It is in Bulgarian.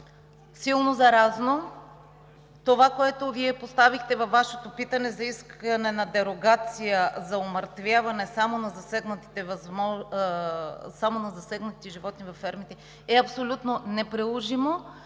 силно заразно. Това, което поставихте във Вашето питане за искане на дерогация за умъртвяване само на засегнатите животни във фермите, е абсолютно неприложимо